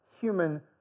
human